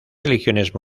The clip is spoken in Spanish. religiones